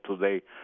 today